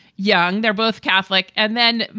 young. they're both catholic. and then.